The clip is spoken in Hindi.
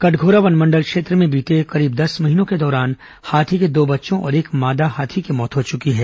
कटघोरा वनमंडल क्षेत्र में बीते करीब दस महीनों के दौरान हाथी के दो बच्चों और एक मादा हाथी की मौत हो चुकी है